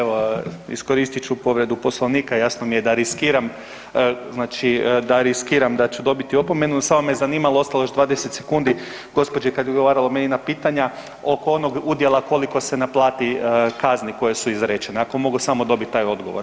Evo iskoristit ću povredu Poslovnika, jasno mi je da riskiram, znači da riskiram da ću dobiti opomenu, samo me zanimalo ostalo je još 20 sekundi gospođi kad je odgovarala meni na pitanja oko onog udjela koliko se naplati kazni koje su izrečene, ako mogu samo dobiti taj odgovor.